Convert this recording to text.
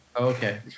Okay